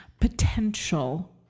potential